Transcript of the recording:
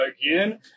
again